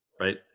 Right